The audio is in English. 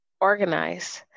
organize